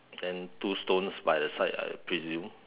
then two stones by the side I presume